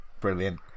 Brilliant